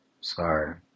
Sorry